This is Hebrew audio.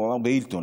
הוא אמר: בהילטון.